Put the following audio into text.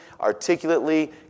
articulately